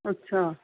ਅੱਛਾ